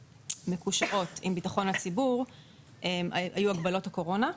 שמקושרות לביטחון הציבור היו ההגבלות של הקורונה.